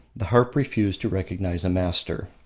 the harp refused to recognise a master.